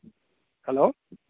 hello